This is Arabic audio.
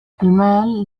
المال